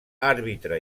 àrbitre